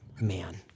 Man